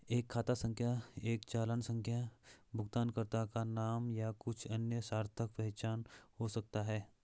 एक खाता संख्या एक चालान संख्या भुगतानकर्ता का नाम या कुछ अन्य सार्थक पहचान हो सकता है